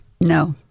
No